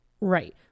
Right